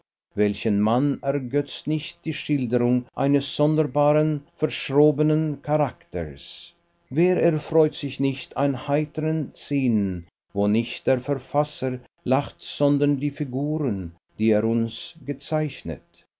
welchen mann ergötzt nicht die schilderung eines sonderbaren verschrobenen charakters wer erfreut sich nicht an heiteren szenen wo nicht der verfasser lacht sondern die figuren die er uns gezeichnet